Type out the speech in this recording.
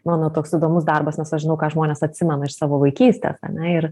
mano toks įdomus darbas nes aš žinau ką žmonės atsimena iš savo vaikystės ane ir